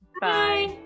Bye